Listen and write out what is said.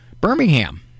Birmingham